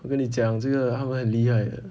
我跟你讲这个他们很厉害的